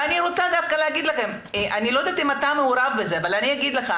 אני לא יודעת אם אתה מעורב בזה אבל אני אגיד לך,